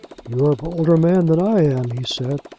you are a bolder man than i am, he said.